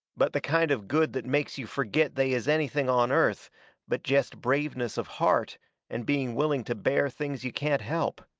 but the kind of good that makes you forget they is anything on earth but jest braveness of heart and being willing to bear things you can't help.